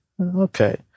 Okay